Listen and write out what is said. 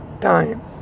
time